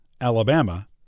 Alabama